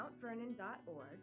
mountvernon.org